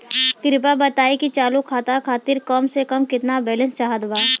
कृपया बताई कि चालू खाता खातिर कम से कम केतना बैलैंस चाहत बा